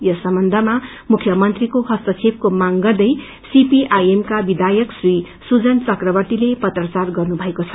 यस सम्बन्धमा मुख्यमन्त्रीको हस्तक्षेपको माग गर्दै सीपीआइएम का वियायक श्री सुजन चक्रवर्तीले पत्राचार गरेको छ